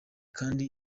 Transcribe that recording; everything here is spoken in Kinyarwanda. kandi